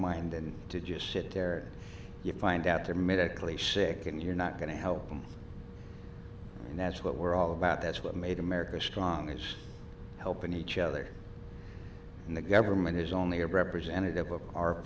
mind and did just sit there you find out they're medically sick and you're not going to help them and that's what we're all about that's what made america strong is helping each other and the government is only a representative of our